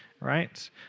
right